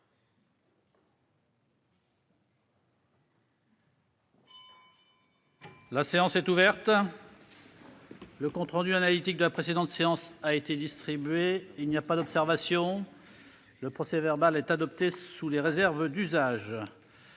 La séance est ouverte. Le compte rendu analytique de la précédente séance a été distribué. Il n'y a pas d'observation ?... Le procès-verbal est adopté sous les réserves d'usage.